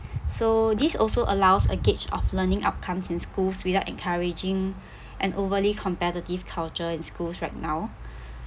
so this also allows a gauge of learning outcomes in schools without encouraging an overly competitive culture in schools right now